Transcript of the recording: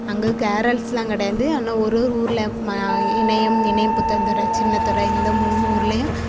அங்கே கேரள்ஸ்லாம் கிடையாது ஆனால் ஒரு ஒரு ஊர்ல ம இணையம் இணையம் பொத்தன் துற சின்னத்துற இந்த மூணு ஊர்லையும்